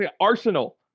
arsenal